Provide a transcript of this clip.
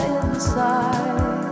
inside